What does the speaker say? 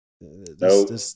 No